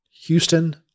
Houston